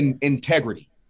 integrity